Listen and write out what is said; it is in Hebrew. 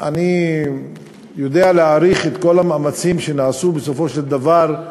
אני יודע להעריך את כל המאמצים שנעשו בסופו של דבר,